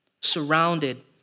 surrounded